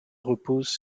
repose